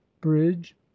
bridge